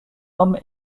homme